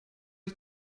die